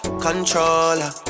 controller